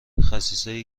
خسیسایی